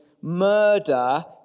murder